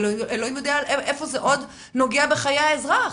אבל אלוהים יודע איפה זה עוד נוגע בחיי האזרחי.